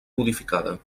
modificada